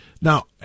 Now